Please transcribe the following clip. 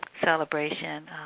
Celebration